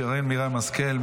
שרן מרים השכל,